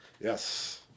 Yes